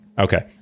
Okay